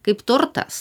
kaip turtas